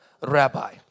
rabbi